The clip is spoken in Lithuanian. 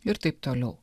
ir taip toliau